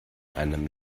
einem